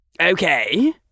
Okay